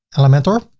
elementor.